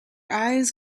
eyes